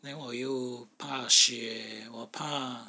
then 我又怕血我怕